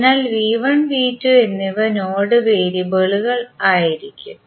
അതിനാൽ എന്നിവ നോഡ് വേരിയബിളുകളായിരിക്കും